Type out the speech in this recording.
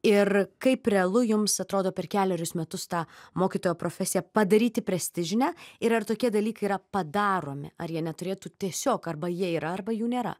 ir kaip realu jums atrodo per kelerius metus tą mokytojo profesiją padaryti prestižinę ir ar tokie dalykai yra padaromi ar jie neturėtų tiesiog arba jie yra arba jų nėra